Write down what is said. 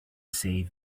save